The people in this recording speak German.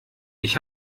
ich